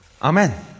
Amen